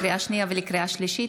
לקריאה שנייה ולקריאה שלישית,